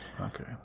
Okay